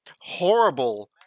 horrible